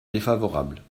défavorable